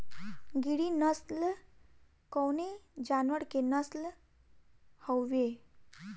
गिरी नश्ल कवने जानवर के नस्ल हयुवे?